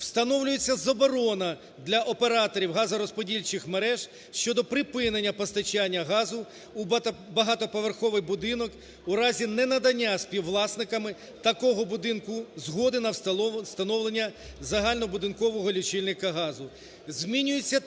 Встановлюється заборона для операторів газорозподільчих мереж щодо припинення постачання газу у багатоповерховий будинок у разі ненадання співвласниками такого будинку згоди на встановлення загальнобудинкового лічильника газу.